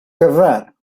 kvar